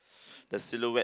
the silhoutte